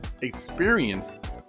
experienced